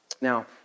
Now